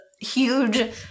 huge